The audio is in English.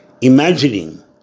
imagining